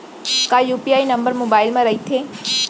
का UPI number mobile म रहिथे?